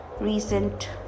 recent